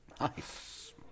Nice